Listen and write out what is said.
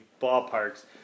ballparks